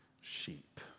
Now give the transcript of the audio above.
sheep